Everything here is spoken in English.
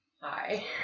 Hi